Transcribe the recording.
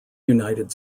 united